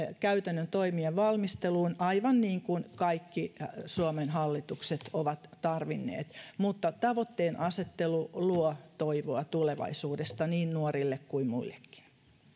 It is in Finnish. käytännön toimien valmisteluun aivan niin kuin kaikki suomen hallitukset ovat tarvinneet mutta tavoitteenasettelu luo toivoa tulevaisuudesta niin nuorille kuin muillekin